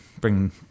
bring